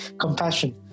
compassion